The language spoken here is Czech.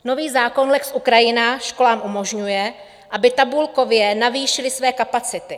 Nový zákon lex Ukrajina školám umožňuje, aby tabulkově navýšily své kapacity.